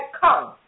come